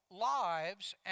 lives